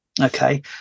okay